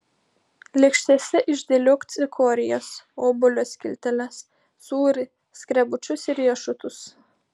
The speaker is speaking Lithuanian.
lėkštėse išdėliok cikorijas obuolio skilteles sūrį skrebučius ir riešutus